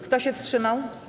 Kto się wstrzymał?